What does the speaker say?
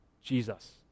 Jesus